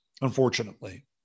unfortunately